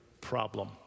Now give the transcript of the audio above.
problem